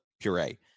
puree